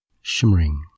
shimmering